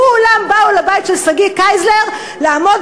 כולם באו לבית של שגיא קייזלר לעמוד